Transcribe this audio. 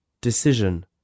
Decision